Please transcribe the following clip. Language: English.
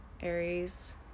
Aries